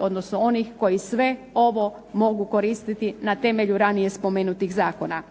odnosno onih koji sve ovo mogu koristiti na temelju ranije spomenutih Zakona.